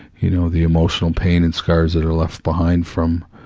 you know, the emotional pain and scars that are left behind from,